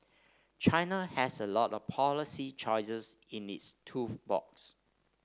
China has a lot of policy choices in its tool box